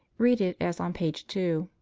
read it as on p. two.